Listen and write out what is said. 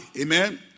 amen